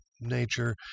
nature